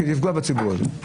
כדי לפגוע בציבור הזה.